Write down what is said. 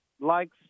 likes